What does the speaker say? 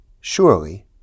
Surely